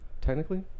Technically